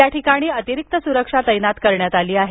याठिकाणी अतिरिक्त सुरक्षा तैनात करण्यात आली आहे